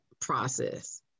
process